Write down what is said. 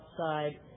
outside